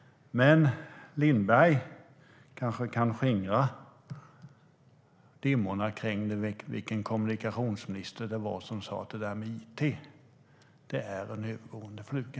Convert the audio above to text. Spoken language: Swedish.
Men Lindberg kanske kan skingra dimmorna kring vilken kommunikationsminister det var som sa att det där med it var en övergående fluga.